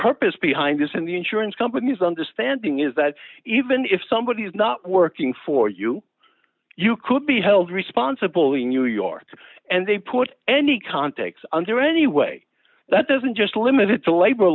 purpose behind this and the insurance company's understanding is that even if somebody is not working for you you could be held responsible in new york and they put any context under any way that doesn't just limit it to la